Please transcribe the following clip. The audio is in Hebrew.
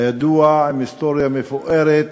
הידוע, עם היסטוריה מפוארת,